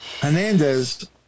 Hernandez